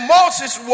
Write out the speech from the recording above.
Moses